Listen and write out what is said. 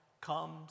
comes